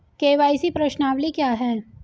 KYC प्रश्नावली क्या है?